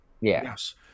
Yes